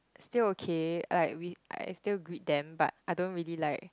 still okay like we I still greet them but I don't really like